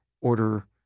order